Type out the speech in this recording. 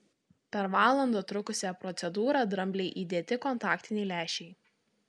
per valandą trukusią procedūrą dramblei įdėti kontaktiniai lęšiai